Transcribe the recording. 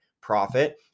profit